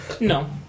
no